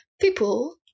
people